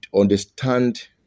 understand